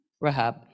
Rahab